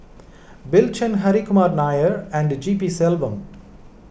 Bill Chen Hri Kumar Nair and G P Selvam